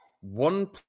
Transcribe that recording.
one